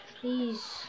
please